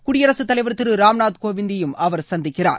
குடியரசுத் தலைவர் திரு ராம்நாத் கோவிந்தையும அவர் சந்திக்கிறார்